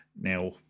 Now